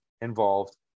involved